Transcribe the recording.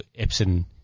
Epson